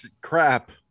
crap